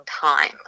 time